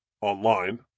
online